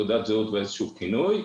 תעודת זהות ואיזשהו כינוי.